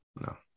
No